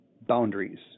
boundaries